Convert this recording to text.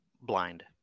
blind